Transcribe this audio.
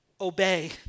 obey